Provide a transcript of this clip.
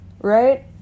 right